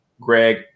greg